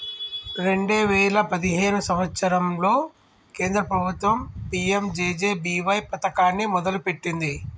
రెండే వేయిల పదిహేను సంవత్సరంలో కేంద్ర ప్రభుత్వం పీ.యం.జే.జే.బీ.వై పథకాన్ని మొదలుపెట్టింది